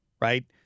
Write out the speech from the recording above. right